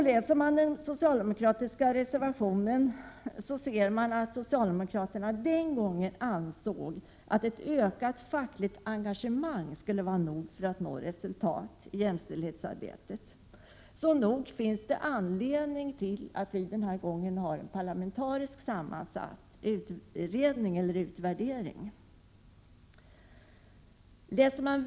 Läser man den socialdemokratiska reservationen finner man att socialdemokraterna den gången ansåg att ett ökat fackligt engagemang skulle vara nog för att nå resultat i jämställdhetsarbetet. Nog finns det anledning att ha en parlamentariskt sammansatt utredning!